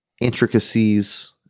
intricacies